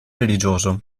religioso